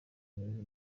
neza